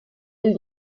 del